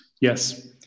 Yes